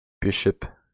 bishop